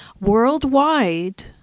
Worldwide